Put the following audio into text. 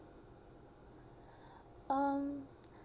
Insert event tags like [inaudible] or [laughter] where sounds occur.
um [noise]